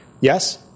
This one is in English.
Yes